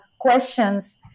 questions